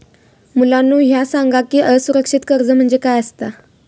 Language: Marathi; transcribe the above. मुलांनो ह्या सांगा की असुरक्षित कर्ज म्हणजे काय आसता?